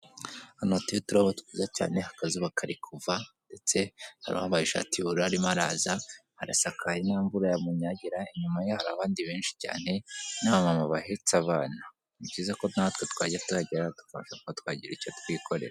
Ahantu hateye uturabo twiza cyane, akazuba kari kuva ndetse hari uwambaye ishati y'ubururu arimo araza, harasakaye nta mvura yamunyagira. Inyuma ye hari abandi benshi cyane bahetse abana. Ni byiza ko na twe twajya turageraho tukareba ko twagira icyo twikorera.